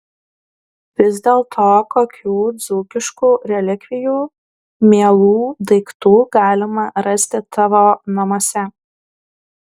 vis dėlto kokių dzūkiškų relikvijų mielų daiktų galima rasti tavo namuose